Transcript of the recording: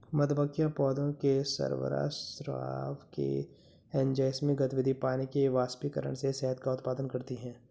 मधुमक्खियां पौधों के शर्करा स्राव से, एंजाइमी गतिविधि, पानी के वाष्पीकरण से शहद का उत्पादन करती हैं